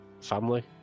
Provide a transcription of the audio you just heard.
family